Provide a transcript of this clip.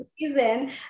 season